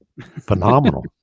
Phenomenal